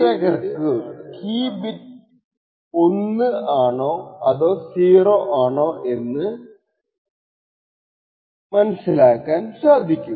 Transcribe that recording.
ഈ തത്വം ഉപയോഗിച്ച് അറ്റാക്കർന്നു കീ ബിറ്റ് 0 ആണോ അതോ 1 ആണോ എക്സിക്യൂട്ട് ചെയ്യപെടുന്നതെന്ന് തിരിച്ചറിയാൻ സാധിക്കും